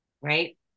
right